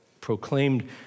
proclaimed